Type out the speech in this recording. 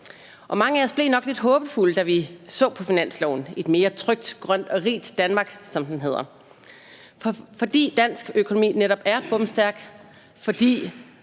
Mange af os blev nok lidt håbefulde, da vi så på finansloven, »Et mere trygt, grønt og rigt Danmark«, som den hedder, fordi dansk økonomi netop er bomstærk, fordi